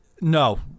No